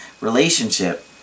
relationship